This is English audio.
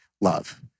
love